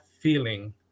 feeling